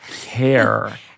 care